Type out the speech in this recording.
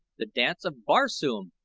the dance of barsoom!